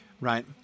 Right